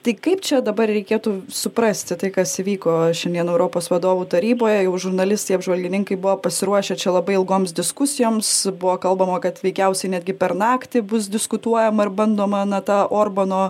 tai kaip čia dabar reikėtų suprasti tai kas įvyko šiandien europos vadovų taryboje jau žurnalistai apžvalgininkai buvo pasiruošę čia labai ilgoms diskusijoms buvo kalbama kad veikiausiai netgi per naktį bus diskutuojama ar bandoma na tą orbano